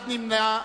52, ונמנע אחד.